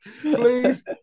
Please